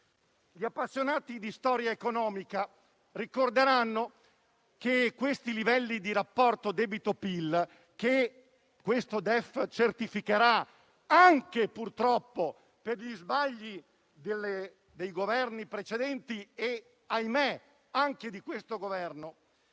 Gli appassionati di storia economica ricorderanno che i livelli di rapporto debito-PIL che questo DEF purtroppo certificherà, per gli sbagli dei Governi precedenti e anche di questo Governo,